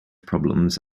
problems